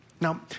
Now